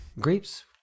Grapes